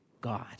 God